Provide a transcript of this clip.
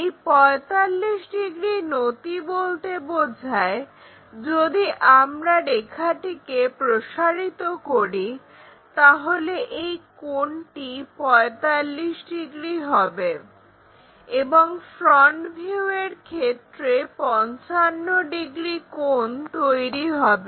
এই 45 ডিগ্রি নতি বলতে বোঝায় যদি আমরা রেখাটিকে প্রসারিত করি তাহলে এই কোণটি 45° হবে এবং ফ্রন্ট ভিউ এর ক্ষেত্রে 55 ডিগ্রী কোণ তৈরি হবে